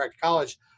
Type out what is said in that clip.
college